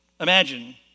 Imagine